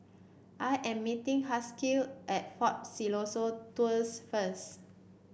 I am meeting Haskell at Fort Siloso Tours first